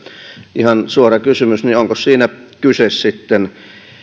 ihan suora kysymys onko siinä sitten kyse